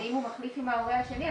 אם הוא מחליף עם ההורה השני,